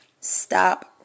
Stop